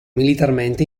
militarmente